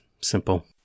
simple